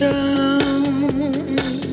Down